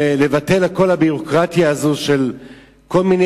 ולבטל את כל הביורוקרטיה הזאת של כל מיני